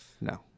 no